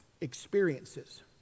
experiences